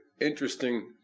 interesting